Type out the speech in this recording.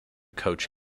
coach